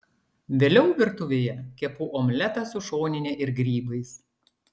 vėliau virtuvėje kepu omletą su šonine ir grybais